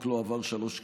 לא עבר שלוש קריאות.